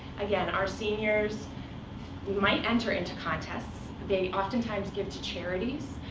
again, our seniors might enter into contests. they oftentimes give to charities.